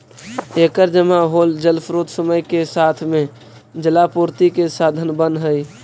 एकर जमा होल जलस्रोत समय के साथ में जलापूर्ति के साधन बनऽ हई